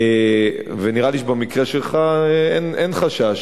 ונראה לי שבמקרה שלך אין חשש,